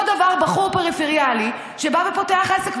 אותו דבר בחור פריפריאלי שבוא ופותח עסק.